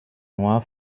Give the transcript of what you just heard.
nur